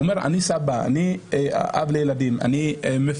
הוא אומר, אני סבא, אני אב לילדים, אני מפרנס,